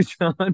John